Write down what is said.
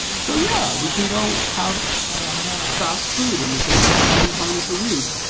so, yeah, we can go have fast food and we can have it ten times a week.